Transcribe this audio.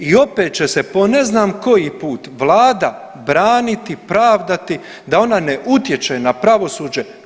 I opet će se po ne znam koji put vlada braniti, pravdati da ona ne utječe na pravosuđe.